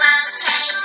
okay